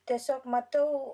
tiesiog matau